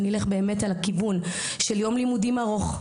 ונלך באמת על הכיוון של יום לימודים ארוך,